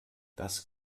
das